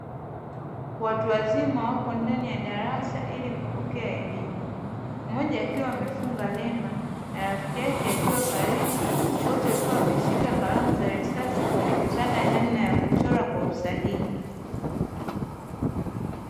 Watu wazima wapo ndani ya darasa ili kupokea elimu. Mmoja akiwa amefunga remba na rafiki yake akiwa karibu; wote wakiwa wameshika kalamu za risasi, kuelekezana namna ya kuchora kwa usahihi.